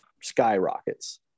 skyrockets